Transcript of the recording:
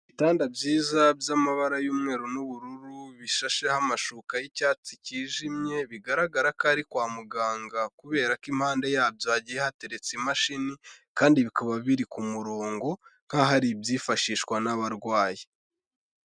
Bitanda byiza by'amabara y'umweru n'ubururu bishasheho amashuka y'icyatsi kijimye bigaragara ko ari kwa muganga kubera ko impande yabyo hagiye hateretse imashini, kandi bikaba biri ku murongo, nkaho ari ibyifashishwa n'abarwayi.